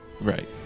Right